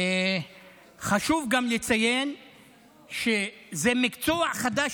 חשוב גם לציין שזה מקצוע חדש,